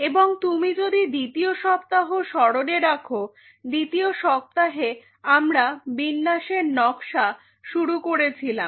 এবং তুমি যদি দ্বিতীয় সপ্তাহ স্মরণে রাখ দ্বিতীয় সপ্তাহে আমরা বিন্যাসের নকশা শুরু করেছিলাম